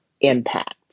impact